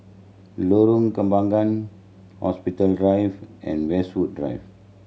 Lorong Kembangan Hospital Drive and Westwood Drive